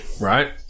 right